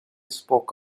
spoke